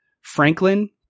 Franklin